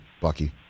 Bucky